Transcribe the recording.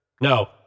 No